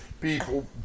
people